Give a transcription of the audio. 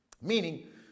Meaning